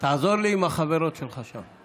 תעזור לי עם החברות שלך שם.